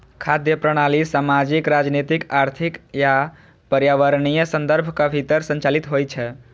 खाद्य प्रणाली सामाजिक, राजनीतिक, आर्थिक आ पर्यावरणीय संदर्भक भीतर संचालित होइ छै